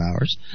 hours